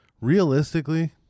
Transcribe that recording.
realistically